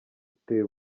uteye